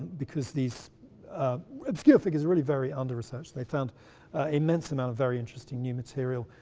because these obscure figures are really very under research, they found immense amount of very interesting new material,